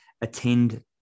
attend